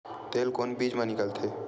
तेल कोन बीज मा निकलथे?